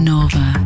Nova